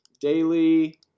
daily